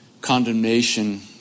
condemnation